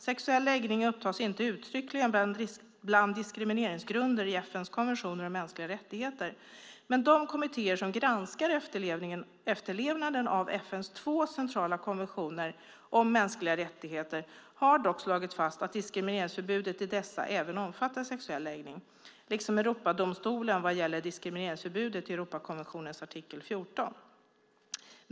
Sexuell läggning upptas inte uttryckligen bland diskrimineringsgrunder i FN:s konventioner om mänskliga rättigheter, men de kommittéer som granskar efterlevnaden av FN:s två centrala konventioner om mänskliga rättigheter har dock slagit fast att diskrimineringsförbudet i dessa även omfattar sexuell läggning, liksom Europadomstolen vad gäller diskrimineringsförbudet i Europakonventionens artikel 14.